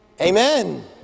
Amen